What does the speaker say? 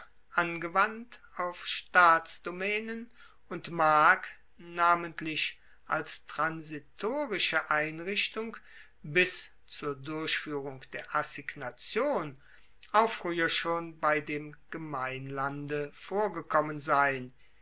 angewandt auf staatsdomaenen und mag namentlich als transitorische einrichtung bis zur durchfuehrung der assignation auch frueher schon bei dem gemeinlande vorgekommen sein